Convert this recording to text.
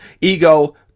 ego